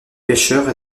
pêcheurs